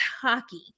hockey